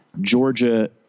Georgia